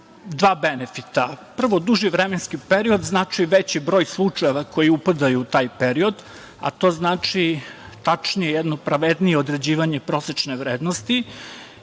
dva benefita. Prvo, duži vremenski period značio bi veći broj slučajeva koji upadaju u taj period, a to znači tačnije jedno pravednije određivanje prosečne vrednosti.